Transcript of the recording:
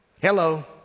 hello